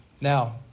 Now